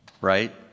right